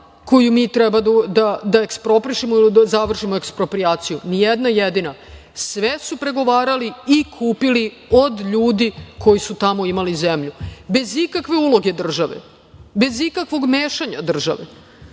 koju mi treba da eksproprišemo ili da završimo eksproprijaciju, ni jedna jedina. Sve su pregovarali i kupili od ljudi koji su tamo imali zemlju, bez ikakve uloge države, bez ikakvog mešanja države.